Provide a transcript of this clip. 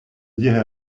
dirai